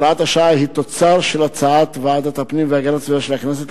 הוראת השעה היא תוצר של הצעת ועדת הפנים והגנת הסביבה של הכנסת,